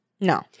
No